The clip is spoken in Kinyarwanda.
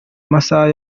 amasaha